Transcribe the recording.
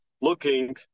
looking